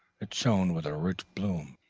it shone with a rich bloom,